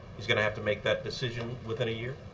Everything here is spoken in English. he's going to have to make that decision within a year